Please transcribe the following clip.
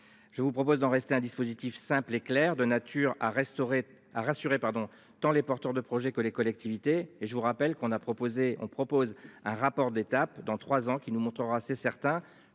Je vous propose d'en rester un dispositif simple et clair de nature à restaurer à rassurer pardon tant les porteurs de projets que les collectivités et je vous rappelle qu'on a proposé, on propose un rapport d'étape dans trois ans, qui nous montrera c'est certain